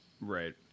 Right